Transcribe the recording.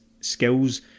skills